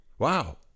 Wow